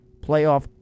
playoff